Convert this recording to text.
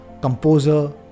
composer